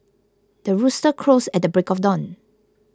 the rooster crows at the break of dawn